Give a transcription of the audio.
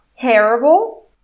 terrible